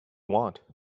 want